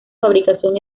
fabricación